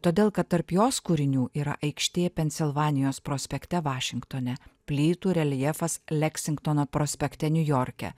todėl kad tarp jos kūrinių yra aikštė pensilvanijos prospekte vašingtone plytų reljefas leksingtono prospekte niujorke